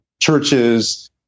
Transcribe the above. churches